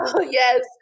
Yes